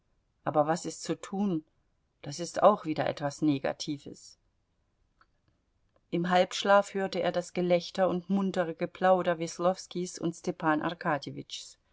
aber was ist zu tun das ist auch wieder etwas negatives im halbschlaf hörte er das gelächter und muntere geplauder weslowskis und stepan